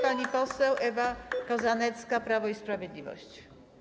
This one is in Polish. Pani poseł Ewa Kozanecka, Prawo i Sprawiedliwość.